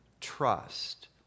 trust